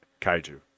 kaiju